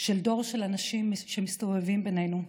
של דור של אנשים שמסתובבים בינינו.